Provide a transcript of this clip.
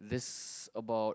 this about